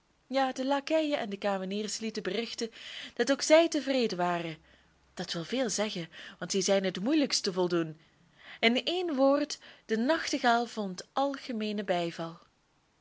ja de lakeien en de kameniers lieten berichten dat ook zij tevreden waren dat wil veel zeggen want die zijn het moeilijkst te voldoen in één woord de nachtegaal vond algemeenen bijval